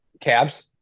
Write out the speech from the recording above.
Cabs